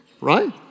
right